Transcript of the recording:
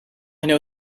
know